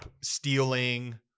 stealing